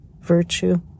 virtue